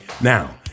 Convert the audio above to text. Now